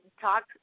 talk